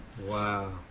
Wow